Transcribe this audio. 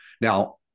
Now